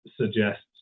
suggests